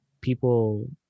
people